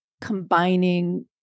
combining